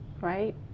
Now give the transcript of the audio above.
right